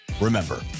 Remember